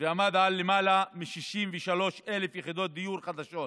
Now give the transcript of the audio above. ועמד על למעלה מ-63,000 יחידות דיור חדשות.